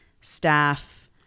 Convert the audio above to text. staff